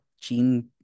gene